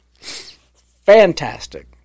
Fantastic